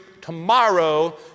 tomorrow